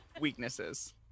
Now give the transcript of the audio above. weaknesses